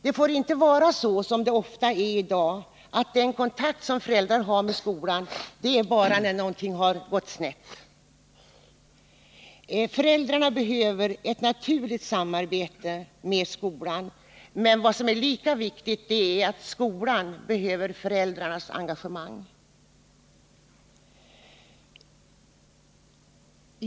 Det får inte vara så, som det ofta är i dag, att den kontakt som föräldrar har med skolan äger rum bara när någonting har gått snett. Föräldrarna behöver ett naturligt samarbete med skolan, men lika viktigt är att skolan behöver föräldrarnas engagemang.